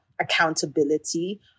Accountability